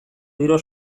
giro